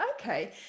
okay